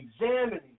examining